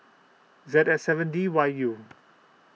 Z S seven D Y U